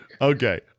Okay